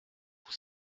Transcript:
vous